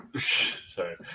Sorry